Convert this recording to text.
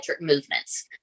movements